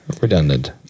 Redundant